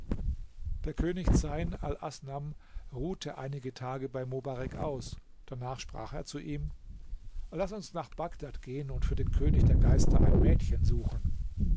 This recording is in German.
der könig zeyn alasnam ruhte einige tage bei mobarek aus danach sprach er zu ihm laß uns nach bagdad gehen und für den könig der geister ein mädchen suchen